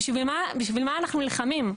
בשביל מה אנחנו נלחמים?